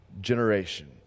generation